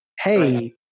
hey